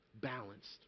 balanced